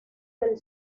del